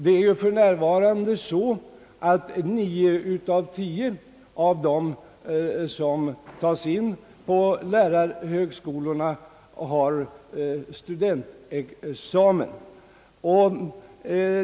Det är för närvarande så, att nio av tio som tas in på lärarhögskolorna har studentexamen.